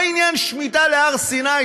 מה עניין שמיטה להר-סיני?